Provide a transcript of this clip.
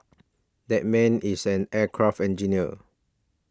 that man is an aircraft engineer